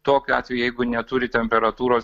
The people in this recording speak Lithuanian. tokiu atveju jeigu neturi temperatūros